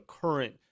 current